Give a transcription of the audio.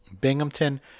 Binghamton